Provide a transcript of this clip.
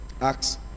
Acts